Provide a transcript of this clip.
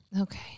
okay